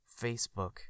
Facebook